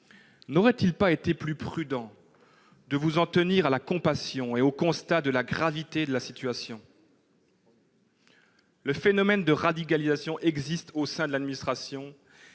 N'aurait-il pas été plus prudent de vous en tenir à la compassion et au constat de la gravité de la situation ? Le phénomène de radicalisation existe au sein de l'administration